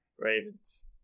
Ravens